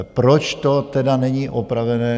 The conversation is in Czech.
Proč to tedy není opravené?